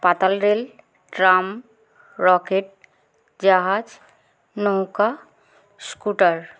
পাতাল rail tram rocket জাহাজ নৌকা স্কুটার